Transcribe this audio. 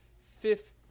fifth